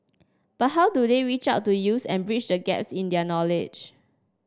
but how do they reach out to youths and bridge the gas in their knowledge